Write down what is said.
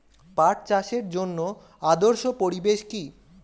পাট চাষের জন্য আদর্শ পরিবেশ কি?